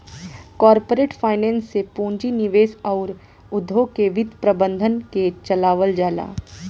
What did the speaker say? corporate finance से पूंजी निवेश अउर उद्योग के वित्त प्रबंधन के चलावल जाला